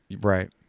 Right